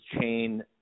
chain